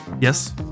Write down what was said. Yes